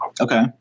Okay